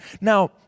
Now